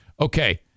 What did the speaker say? Okay